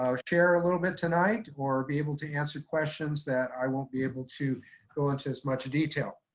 um share a little bit tonight, or be able to answer questions that i won't be able to go into as much detail.